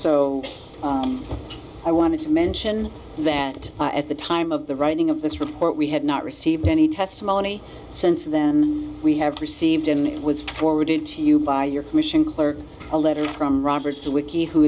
so i wanted to mention that at the time of the writing of this report we had not received any testimony since then we have received an it was forwarded to you by your commission clerk a letter from rober